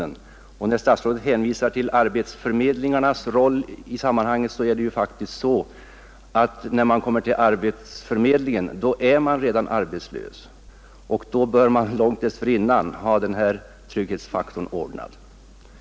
Med anledning av statsrådets hänvisning till arbetsförmedlarnas roll i sammanhanget vill jag säga, att man redan när man kommer till arbetsförmedlingen är arbetslös. Man bör då långt dessförinnan ha denna trygghetsfaktor ordnad.